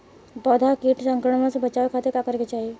पौधा के कीट संक्रमण से बचावे खातिर का करे के चाहीं?